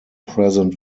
present